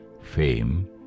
fame